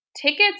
Tickets